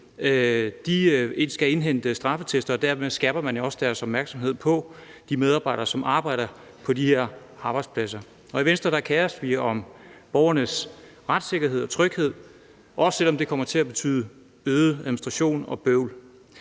skal indhente straffeattester, og dermed skærper man jo også deres opmærksomhed på de medarbejdere, som arbejder på de her arbejdspladser. I Venstre kerer vi os om borgernes retssikkerhed og tryghed, også selv om det kommer til at betyde øget administration og bøvl.